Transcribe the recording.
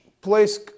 place